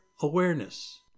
awareness